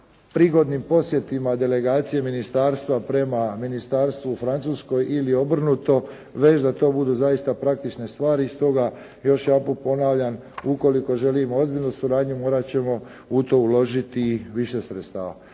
prigodnim posjetima delegacije Ministarstva prema Ministarstvu u Francuskoj ili obrnuto već da to budu zaista praktične stvari i stoga još jedanput ponavljam ukoliko želimo ozbiljnu suradnju morat ćemo u to uložiti više sredstava.